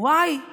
את